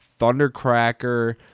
Thundercracker